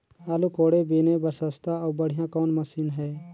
आलू कोड़े बीने बर सस्ता अउ बढ़िया कौन मशीन हे?